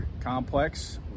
complex